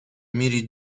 میری